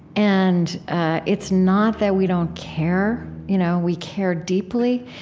and it's not that we don't care. you know, we care deeply.